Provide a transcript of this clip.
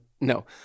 No